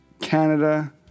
Canada